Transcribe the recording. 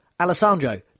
Alessandro